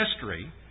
history